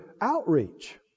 outreach